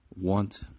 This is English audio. want